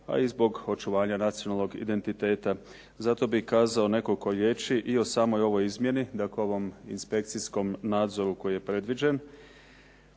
a i zbog očuvanja nacionalnog identiteta. Zato bih kazao nekoliko riječi i o samoj ovoj izmjeni, dakle ovom inspekcijskom nadzoru koji je predviđen